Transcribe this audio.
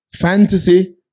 Fantasy